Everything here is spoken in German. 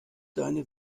deine